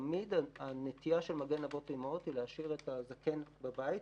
תמיד הנטייה של "מגן אבות ואימהות" היא להשאיר את הזקן בבית.